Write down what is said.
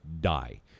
die